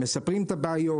מספרים את הבעיות,